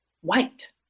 white